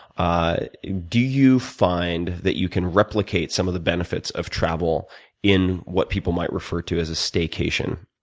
ah do you find that you can replicate some of the benefits of travel in what people might refer to as a stay-cation?